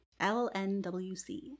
LNWC